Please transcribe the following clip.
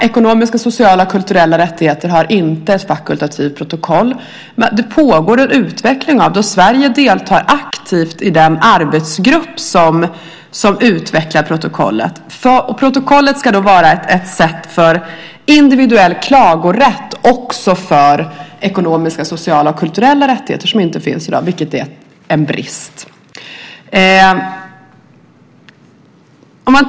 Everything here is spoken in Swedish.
Ekonomiska, sociala och kulturella rättigheter har inte ett fakultativt protokoll. Men det pågår en utveckling, och Sverige deltar aktivt i den arbetsgrupp som utvecklar protokollet. Protokollet ska vara ett sätt för individuell klagorätt också för ekonomiska, sociala och kulturella rättigheter, något som inte finns i dag och som är en brist.